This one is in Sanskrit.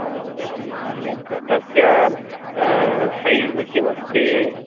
ओ अस्तु सम्यक् तस्य सैस् किम् अस्ति